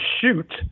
shoot